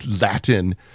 Latin